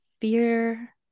fear